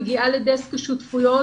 מגיעה לדסק השותפויות,